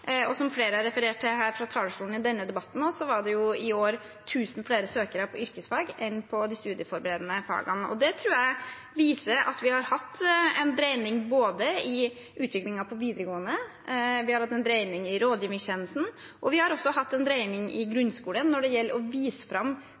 og som flere har referert til her fra talerstolen i denne debatten også, var det i år 1 000 flere søkere til yrkesfag enn til de studieforberedende fagene. Det tror jeg viser at vi har hatt en dreining både i utviklingen i videregående, vi har hatt en dreining i rådgivningstjenesten, og vi har også hatt en dreining i